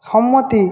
সম্মতি